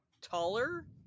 taller